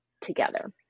together